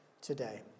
today